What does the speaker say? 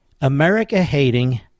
America-hating